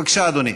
בבקשה, אדוני.